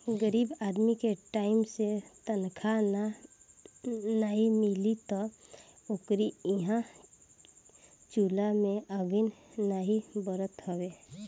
गरीब आदमी के टाइम से तनखा नाइ मिली तअ ओकरी इहां चुला में आगि नाइ बरत हवे